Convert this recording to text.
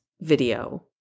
video